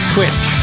Twitch